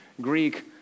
Greek